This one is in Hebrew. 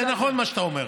זה נכון מה שאתה אומר,